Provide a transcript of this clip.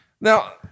Now